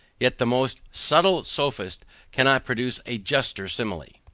yet the most subtile sophist cannot produce a juster simile.